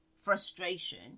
frustration